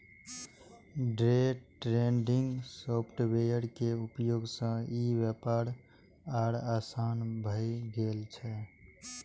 day trading software के उपयोग सं ई व्यापार आर आसान भए गेल छै